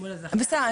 שמול הזכיין --- בסדר,